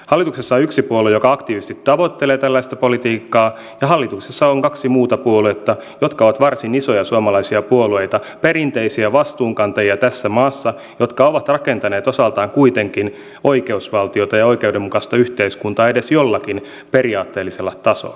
hallituksessa on yksi puolue joka aktiivisesti tavoittelee tällaista politiikkaa ja hallituksessa on kaksi muuta puoluetta jotka ovat varsin isoja suomalaisia puolueita tässä maassa perinteisiä vastuunkantajia jotka ovat rakentaneet osaltaan kuitenkin oikeusvaltiota ja oikeudenmukaista yhteiskuntaa edes jollakin periaatteellisella tasolla